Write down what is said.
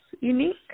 unique